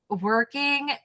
Working